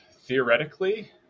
Theoretically